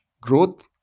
Growth